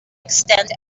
extend